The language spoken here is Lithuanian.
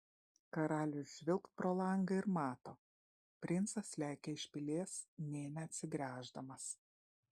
karalius žvilgt pro langą ir mato princas lekia iš pilies nė neatsigręždamas